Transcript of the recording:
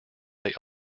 they